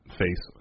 face